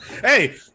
Hey